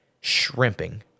shrimping